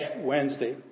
Wednesday